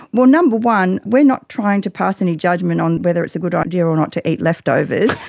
well, number one, we are not trying to pass any judgement on whether it's a good idea or not to eat leftovers,